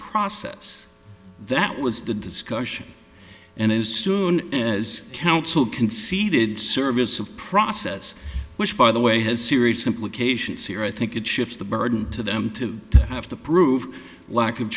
process that was the discussion and as soon as counsel conceded service of process which by the way has serious implications here i think it shifts the burden to them to have to prove lack of